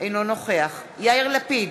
אינו נוכח יאיר לפיד,